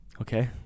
Okay